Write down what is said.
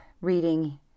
reading